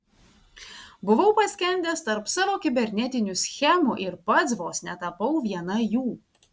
buvau paskendęs tarp savo kibernetinių schemų ir pats vos netapau viena jų